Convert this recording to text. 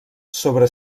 sobre